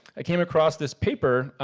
i came across this paper,